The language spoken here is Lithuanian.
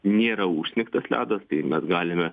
nėra užsnigtas ledas tai mes galime